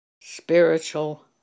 spiritual